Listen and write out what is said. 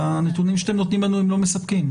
והנתונים שאתם נותנים לנו הם לא מספקים.